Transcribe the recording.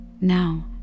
Now